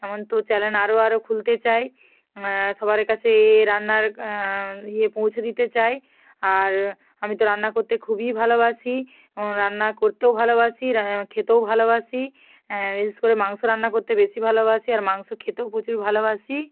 এমন তো চ্যানেল আরও আরও খুলতে চাই সবার কাছে এ রান্নার ইয়ে পৌঁছে দিতে চাই আর আমি তো রান্না করতে খুবই ভালোবাসি রান্না করতেও ভালোবাসি খেতেও ভালোবাসি বিশেষ করে মাংস রান্না করতে বেশি ভালোবাসি আর মাংস খেতেও প্রচুর ভালোবাসি